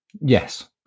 Yes